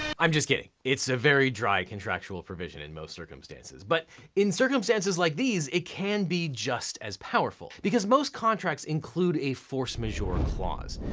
i'm just kidding. it's a very dry contractual provision in most circumstances, but in circumstances like these it can be just as powerful because most contracts include a force majeure clause.